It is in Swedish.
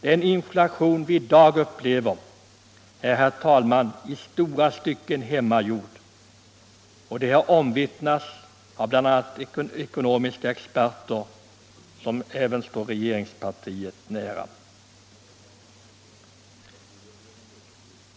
Den inflation vi i dag upplever är i stora stycken hemmagjord, och det har omvittnats av bl.a. ekonomiska experter som står även regeringspartiet nära.